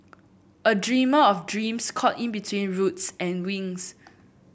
a dreamer of dreams caught in between roots and wings